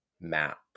map